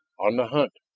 on the hunt!